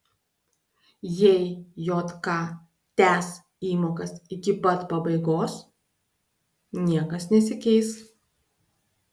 jei jk tęs įmokas iki pat pabaigos niekas nesikeis